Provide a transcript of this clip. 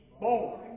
born